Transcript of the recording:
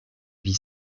vie